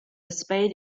spade